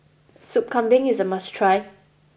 Sop Kambing is a must try